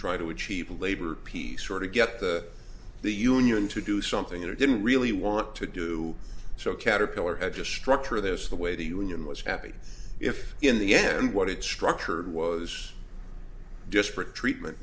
trying to achieve a labor peace or to get the the union to do something you didn't really want to do so caterpillar had to structure this the way the union was happy if in the end what its structure was disparate treatment